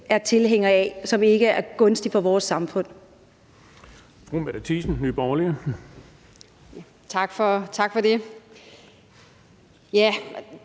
er tilhængere af, og som ikke er gunstig for vores samfund.